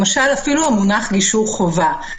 למשל אפילו המונח "גישור חובה".